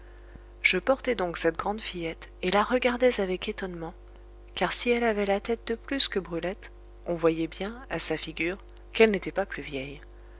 je portais donc cette grande fillette et la regardais avec étonnement car si elle avait la tête de plus que brulette on voyait bien à sa figure qu'elle n'était pas plus vieille